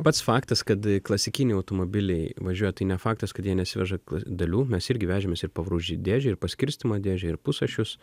pats faktas kad klasikiniai automobiliai važiuoja tai ne faktas kad jie nesiveža dalių mes irgi vežėmės ir pavarų dėžę ir paskirstymo dėžę ir pusašius